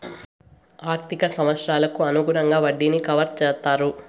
ఆర్థిక సంవత్సరాలకు అనుగుణంగా వడ్డీని కవర్ చేత్తారు